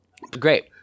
Great